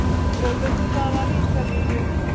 photos కావాలి ఇంకా videos